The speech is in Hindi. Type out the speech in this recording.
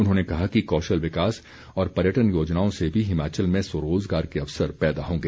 उन्होंने कहा कि कौशल विकास और पर्यटन योजनाओं से भी हिमाचल में स्वरोज़गार के अवसर पैदा होंगे